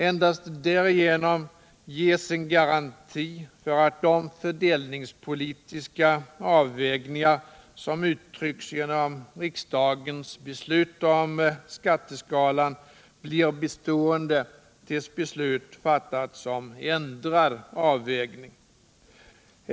Endast därigenom ges en garanti för att de fördelningspolitiska avvägningar som uttrycks genom riksdagens beslut om skatteskalan blir bestående tills beslut fattas om ändrad avvägning.